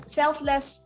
selfless